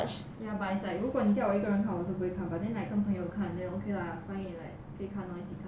ya but it's like 如果你叫我一个人看我是不会看 but then like 跟朋友看 then okay lah find it like 可以看 lor 一起看 lor